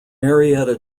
marietta